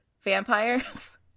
vampires